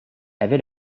avait